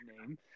name